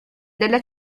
della